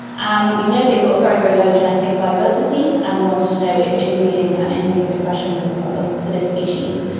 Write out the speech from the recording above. um we know they've got very, very low genetic diversity and we wanted to know if inbreeding and inbreeding depression was a problem for this species.